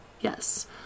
yes